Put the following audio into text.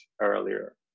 earlier